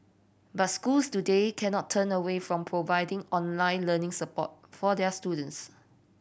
but schools today cannot turn away from providing online learning support for their students